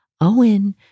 Owen